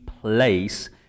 place